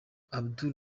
abdul